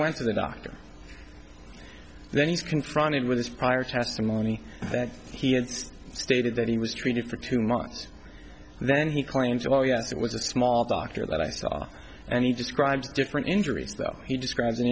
went to the doctor then he's confronted with his prior testimony that he had just stated that he was treated for two months and then he claims oh yes it was a small doctor that i saw and he describes different injuries though he describ